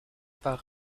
par